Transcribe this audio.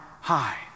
high